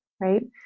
right